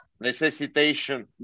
Necessitation